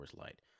Light